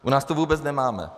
U nás to vůbec nemáme.